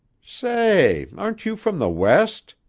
say, aren't you from the west?